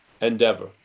endeavor